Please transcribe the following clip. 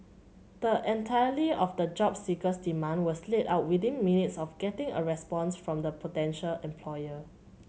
the entirety of the job seeker's demand was laid out within minutes of getting a response from the potential employer